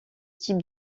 type